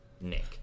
nick